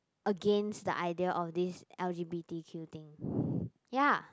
against the idea of this L_G_B_T_Q thing ya